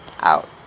out